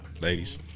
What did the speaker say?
Ladies